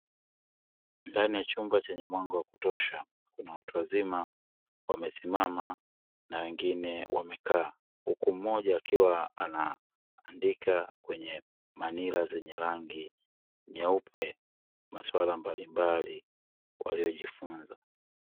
Ndani ya chumba chenye mwanga wa kutosha, kuna watu wazima wamesimama na wengine wamekaa. Huku mmoja akiwa anaandika kwenye manira zenye rangi nyeupe maswala mbalimbali waliojifunza.